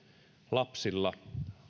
lapsilla